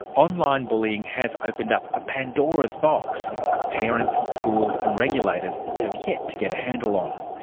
online bullying has opened up a pandora's box that parents, schools and regulators have yet to get a handle on.